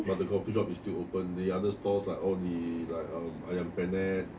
but the coffeeshop still open the other stalls like all the like um ayam penyet